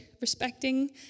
respecting